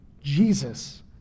Jesus